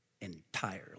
entirely